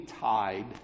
tied